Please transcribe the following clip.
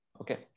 okay